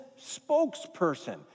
spokesperson